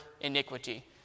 iniquity